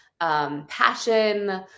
passion